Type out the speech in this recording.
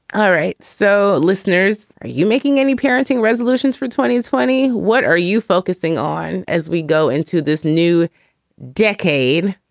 all right. so listeners, are you making any parenting resolutions for twenty twenty? what are you focusing on as we go into this new decade?